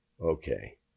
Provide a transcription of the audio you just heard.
okay